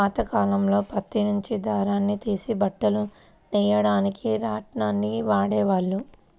పాతకాలంలో పత్తి నుంచి దారాన్ని తీసి బట్టలు నెయ్యడానికి రాట్నాన్ని వాడేవాళ్ళు